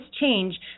change